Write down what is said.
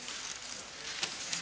Hvala.